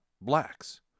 blacks